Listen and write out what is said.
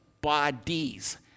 bodies